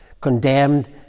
Condemned